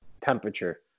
temperature